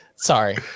Sorry